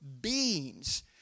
beings